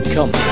Come